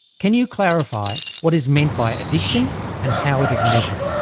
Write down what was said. can you clarify what is meant by addiction and how it is measured?